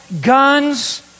guns